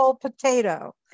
potato